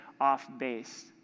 off-base